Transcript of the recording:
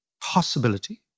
possibility